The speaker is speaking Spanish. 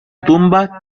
tumba